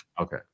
Okay